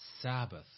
Sabbath